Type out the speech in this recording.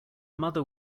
mother